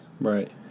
Right